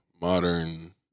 modern